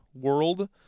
world